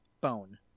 bone